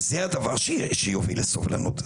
זה הדבר שיוביל לסובלנות,